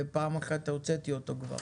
ופעם אחת כבר הוצאתי אותו.